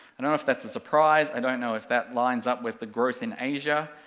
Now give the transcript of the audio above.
i don't know if that's a surprise, i don't know if that lines up with the growth in asia,